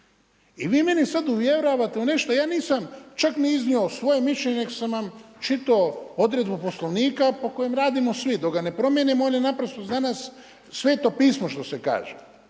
I vi mene sad uvjeravate u nešto, ja nisam čak ni iznio svoje mišljenje nego sam vam čitao odredbu Poslovnika po kojem radimo svi dok ga ne promijenimo, on je naprosto za nas Sveto pismo, što se kaže.